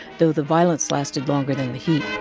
though the violence lasted longer than the heat